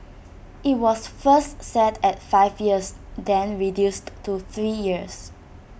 IT was first set at five years then reduced to three years